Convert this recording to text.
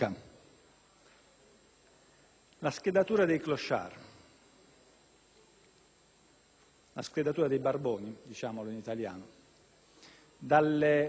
la schedatura dei barboni, dicendolo in italiano. Dalle rilevazioni statistiche, anche queste sicuramente note a chi